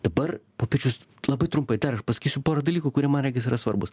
dabar popiežius labai trumpai dar aš pasakysiu porą dalykų kurie man regis yra svarbūs